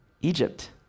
Egypt